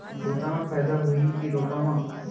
बुता म फायदा होही की रोपा म?